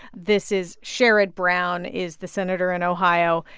this is sherrod brown is the senator in ohio.